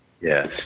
Yes